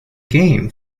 game